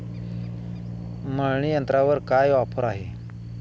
मळणी यंत्रावर काय ऑफर आहे?